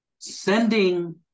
sending